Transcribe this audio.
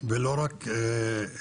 ולא רק לנו,